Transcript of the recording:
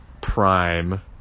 prime